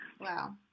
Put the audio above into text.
Wow